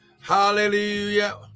Hallelujah